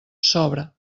sobra